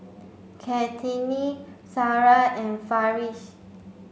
Kartini Sarah and Farish